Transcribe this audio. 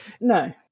no